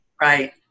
right